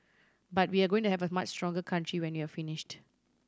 but we're going to have a much stronger country when we're finished